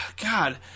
God